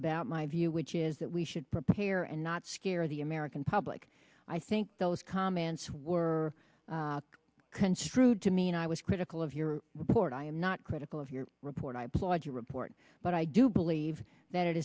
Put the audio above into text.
about my view which is that we should prepare and not scare the american public i think those comments were construed to mean i was critical of your report i am not critical of your report i applaud your report but i do believe that it